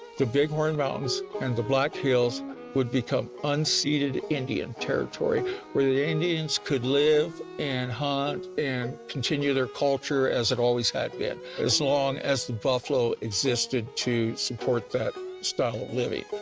the big horn mountains and the black hills would become unceded indian territory where the indians could live and hunt and continue their culture as it always had been, as long as the buffalo existed to support that style of living.